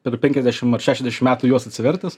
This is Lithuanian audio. per penkiasdešim ar šešiasdešim metų juos atsivertęs